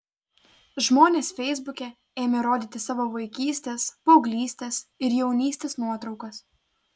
žmonės feisbuke ėmė rodyti savo vaikystės paauglystės ir jaunystės nuotraukas